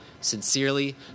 sincerely